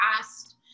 asked